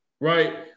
right